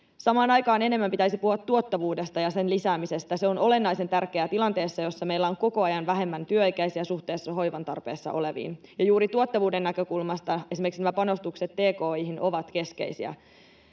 Samaan aikaan enemmän pitäisi puhua tuottavuudesta ja sen lisäämisestä. Se on olennaisen tärkeää tilanteessa, jossa meillä on koko ajan vähemmän työikäisiä suhteessa hoivan tarpeessa oleviin, ja juuri tuottavuuden näkökulmasta esimerkiksi nämä panostukset tki:hin ovat keskeisiä.